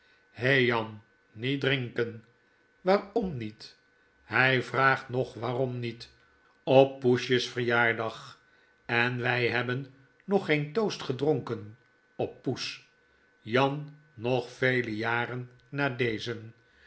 hei jan niet drinken waarom niet hy vraagt nog waarom niet op poesjes verjaardag en wy hebben nog geen toast gedronken op poes jan nog vele jaren na dezen